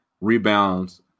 rebounds